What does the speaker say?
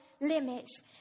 limits